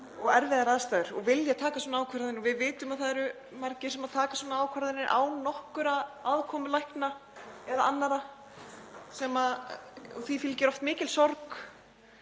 og erfiðar aðstæður og vilja taka svona ákvörðun. Og við vitum að það eru margir sem taka svona ákvarðanir án nokkurrar aðkomu lækna eða annarra og því fylgir oft mikil sorg.